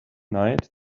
night